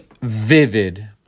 vivid